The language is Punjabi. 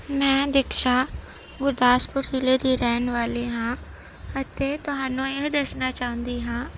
ਮੈਂ ਦਿਕਸ਼ਾ ਗੁਰਦਾਸਪੁਰ ਜ਼ਿਲ੍ਹੇ ਦੀ ਰਹਿਣ ਵਾਲੀ ਹਾਂ ਅਤੇ ਤੁਹਾਨੂੰ ਇਹ ਦੱਸਣਾ ਚਾਹੁੰਦੀ ਹਾਂ